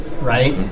right